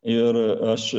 ir aš